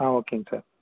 ஆ ஓகேங்க சார்